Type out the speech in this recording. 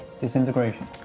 Disintegration